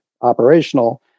operational